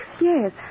Yes